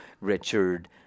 Richard